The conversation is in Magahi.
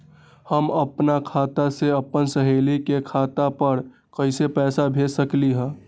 हम अपना खाता से अपन सहेली के खाता पर कइसे पैसा भेज सकली ह?